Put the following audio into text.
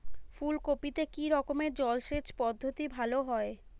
ফুলকপিতে কি রকমের জলসেচ পদ্ধতি ভালো হয়?